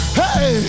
hey